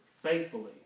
faithfully